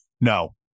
no